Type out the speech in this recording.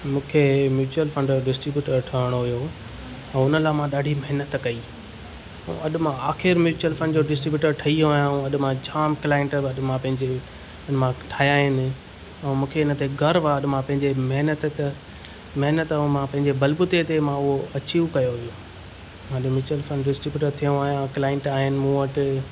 मूंखे mutual fund distributor ठहिणो हुयो हुन लाइ मां ॾाढी महिनत कई अॼु मां आख़िरि म्यूचल फ़ंड जो डिस्ट्रीब्यूटर ठही वियो आहियां अॼु मां जाम क्लाइंट वधि मां पंहिंजे मां ठाहिया आहिनि ऐं मूंखे हुन ते गर्व आहे अॼु मां पंहिंजे महिनत त महिनत ऐं मां पंहिंजे बलबूते त मां उहो अचीव कयो हुयो हाणे म्यूचल फंड डिस्ट्रीब्यूटर थियो आहियां क्लाइंट आहिनि मूं वटि